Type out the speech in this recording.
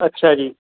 ਅੱਛਾ ਜੀ